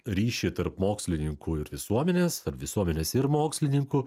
ryšį tarp mokslininkų ir visuomenės tarp visuomenės ir mokslininkų